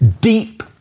deep